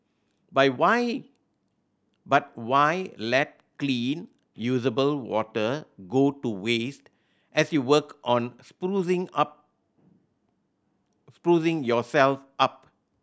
but why but why let clean usable water go to waste as you work on sprucing up sprucing yourself up